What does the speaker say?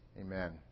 Amen